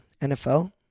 NFL